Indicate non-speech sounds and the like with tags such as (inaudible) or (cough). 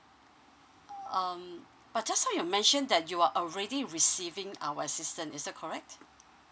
(noise) um but just now you mentioned that you are already receiving our assistance is that correct